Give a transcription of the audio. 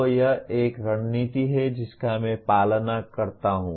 तो यह एक रणनीति है जिसका मैं पालन करता हूं